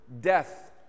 death